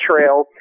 Trail